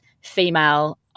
female